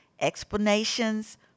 explanations